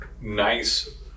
nice